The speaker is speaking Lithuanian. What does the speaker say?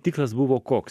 tikslas buvo koks